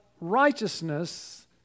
righteousness